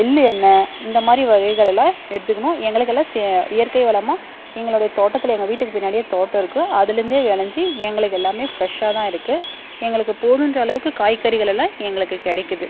எள்ளு எண்ணெய் இந்த மாதிரி வகைகளெல்லாம் எடுத்துக்கணும் எங்களுக்கெல்லாம் செ இயற்கை வளமாக எங்களுடைய தோட்டத்தில் எங்கள் வீட்டுக்கு பின்னாடியே தோட்டம் இருக்கு அதுலேந்தே விளஞ்சி எங்களுக்கு எல்லாமே ஃப்ரெஷ்ஷாக தான் இருக்கு எங்களுக்கு போதுன்ற அளவுக்கு காய்கறிகளெல்லாம் எங்களுக்கு கிடைக்கிது